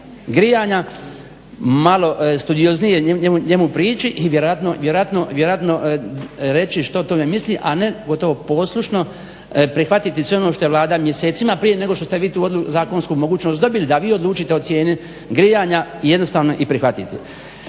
grijanja malo studioznije njemu priči i vjerojatno reći što o tome misli, a ne gotovo poslušno prihvatiti sve ono je Vlada mjesecima prije nego što ste vi tu odluku, zakonsku mogućnost dobili, da vi odlučite o cijeni grijanja jednostavno i prihvatiti.